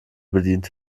bedient